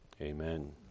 Amen